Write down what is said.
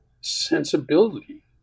sensibility